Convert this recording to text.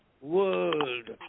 world